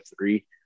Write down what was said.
three